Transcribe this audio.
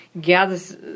gathers